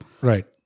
Right